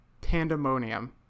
Pandemonium